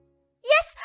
Yes